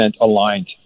aligned